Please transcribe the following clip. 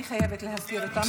אני חייבת להזכיר אותם, ברשותך.